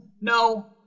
No